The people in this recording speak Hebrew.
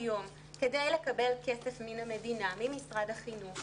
היום כדי לקבל כסף מהמדינה, ממשרד החינוך,